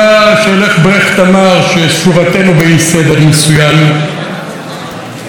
ששורתֵנו באי-סדר מסוים והצלחתנו היא חלקית מאוד,